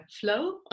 flow